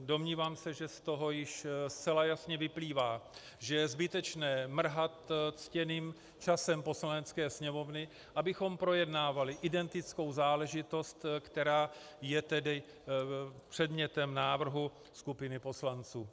Domnívám se, že z toho již zcela jasně vyplývá, že je zbytečné mrhat ctěným časem Poslanecké sněmovny, abychom projednávali identickou záležitost, která je předmětem návrhu skupiny poslanců.